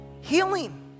Healing